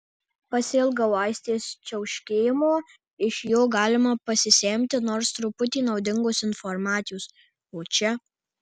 pasiilgau aistės čiauškėjimo iš jo galima pasisemti nors truputį naudingos informacijos o čia